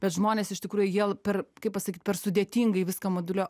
bet žmonės iš tikrųjų jie per kaip pasakyt per sudėtingai viską moduliuoja